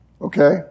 Okay